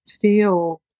feel